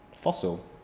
Fossil